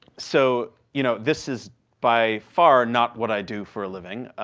so you know this is by far not what i do for a living.